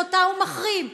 שאותה הוא מחרים,